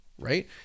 right